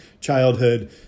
childhood